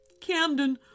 Camden